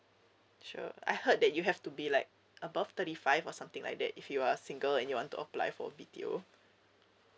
sure I heard that you have to be like above thirty five or something like that if you are single and you want to apply for B_T_O